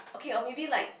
oh okay maybe like